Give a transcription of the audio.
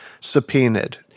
subpoenaed